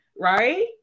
right